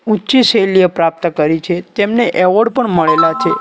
ઊંચી શૈલીઓ પ્રાપ્ત કરી છે તેમને એવોર્ડ પણ મળેલા છે